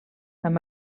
amb